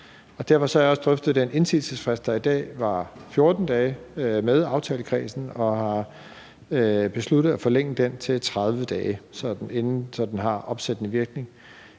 Derfor har jeg også drøftet den indsigelsesfrist, der i dag er 14 dage, med aftalekredsen, og har besluttet at forlænge den til 30 dage, så den har opsættende virkning.